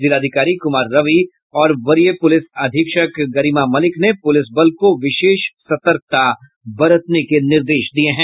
जिलाधिकारी कुमार रवि और वरीय पुलिस अधीक्षक गरिमा मलिक ने पुलिस बल को विशेष सतर्कता बरतने के निर्देश दिये है